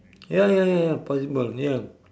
ya ya ya ya possible ya